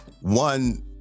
one